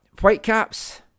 Whitecaps